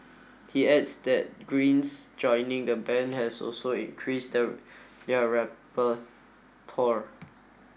he adds that Green's joining the band has also increased the their repertoire